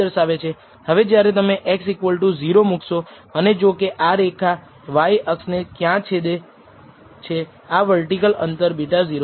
હવે જ્યારે તમે x0 મૂકશો અને જો કે આ રેખા y અક્ષ ને ક્યાં છેદે છે આ વર્ટિકલ અંતર β0 છે